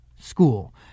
school